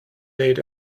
lit